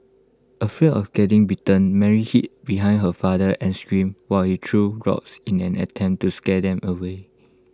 afraid of getting bitten Mary hid behind her father and screamed while he threw rocks in an attempt to scare them away